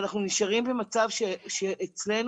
ואנחנו נשארים במצב שאצלנו,